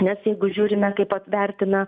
nes jeigu žiūrime kaip vat vertina